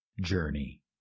journey